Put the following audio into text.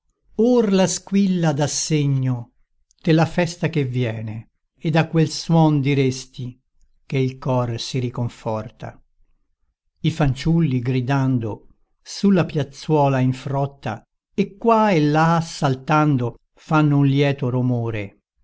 la squilla dà segno della festa che viene ed a quel suon diresti che il cor si riconforta i fanciulli gridando su la piazzuola in frotta e qua e là saltando fanno un lieto romore